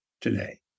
today